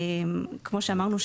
כמו שאמרנו,